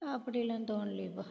அப்படியெல்லாம் தோணலப்பா